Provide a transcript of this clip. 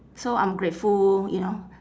so I'm grateful you know